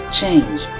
change